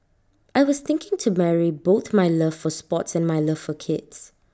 I was thinking to marry both my love for sports and my love for kids